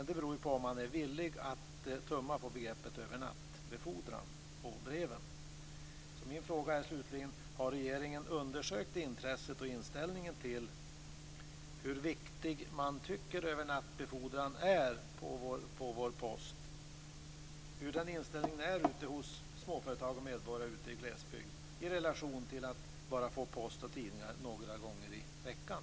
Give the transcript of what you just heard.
Det beror på om man är villig att tumma på begreppet övernattbefordran på breven. Har regeringen undersökt intresset och inställningen till hur viktigt småföretag och medborgare i glesbygden tycker att övernattbefordran är av vår post i relation till att få post och tidningar bara några gånger i veckan?